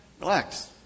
Relax